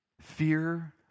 Fear